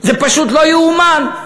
זה פשוט לא יאומן.